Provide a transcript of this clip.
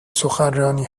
سخنرانی